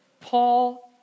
Paul